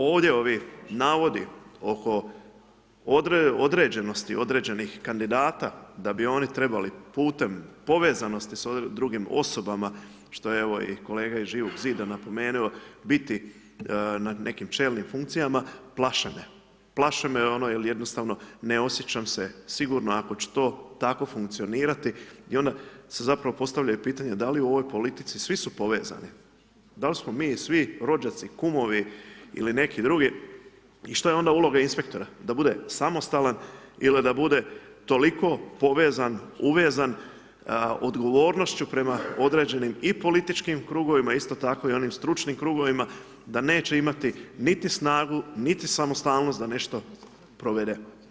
Ovdje ovi navodi oko određenosti određenih kandidata da bi oni trebali putem povezanosti s drugim osobama, što je, evo i kolega iz Živog Zida napomenuo, biti ne nekim čelnim funkcijama, plašene, plašene ono jer jednostavno ne osjećam se sigurno ako će to tako funkcionirati i onda se zapravo postavljaju pitanja da li u ovoj politici svi su povezani, dal smo mi svi rođaci, kumovi ili neki drugi i što je onda uloga inspektora, da bude samostalan ili da bude toliko povezan, uvezan odgovornošću prema određenim i političkim krugovima, isto tako i onim stručnim krugovima da neće imati niti snagu, niti samostalnost da nešto provede.